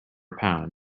pound